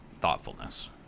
thoughtfulness